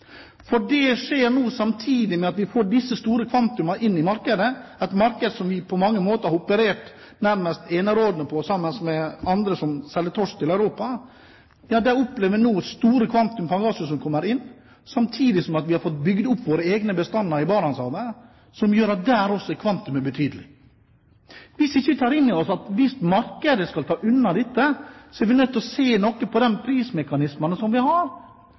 For det skjer nå samtidig med at vi får disse store kvantaene inn i markedet, et marked der vi på mange måter har operert nærmest som enerådende, sammen med andre som selger torsk til Europa – ja, vi opplever nå at store kvanta med pangasus kommer inn, samtidig som vi har fått bygd opp våre egne bestander i Barentshavet, som gjør at også der er kvantumet betydelig. Hvis vi ikke tar inn over oss at om markedet skal ta unna dette, er vi nødt til å se noe på de prismekanismene som vi har,